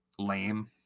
Lame